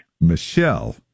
Michelle